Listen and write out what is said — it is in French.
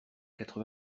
quatre